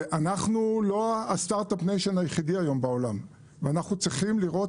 היום אנחנו לא הסטארט אפ ניישן היחידי בעולם ואנחנו צריכים לראות